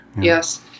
yes